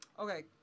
Okay